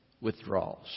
withdrawals